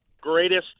greatest